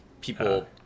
people